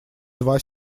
два